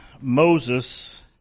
Moses